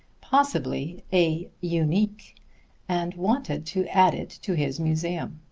possibly a unique and wanted to add it to his museum.